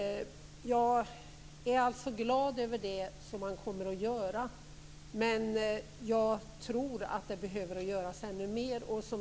Jag är alltså glad över det man nu kommer att göra, men jag tror att det behöver göras ännu mer.